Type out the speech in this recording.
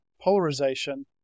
polarization